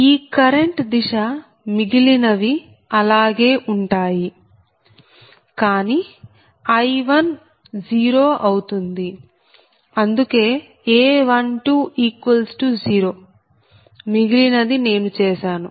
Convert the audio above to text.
ఈ కరెంట్ దిశ మిగిలినవి అలాగే ఉంటాయి కానీ I1 0 అవుతుంది అందుకే A120 మిగిలినది నేను చేశాను